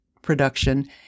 production